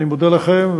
אני מודה לכם,